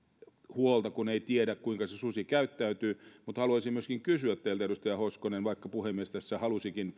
huolta kun ei tiedä kuinka se susi käyttäytyy mutta haluaisin myöskin kysyä teiltä edustaja hoskonen vaikka puhemies tässä halusikin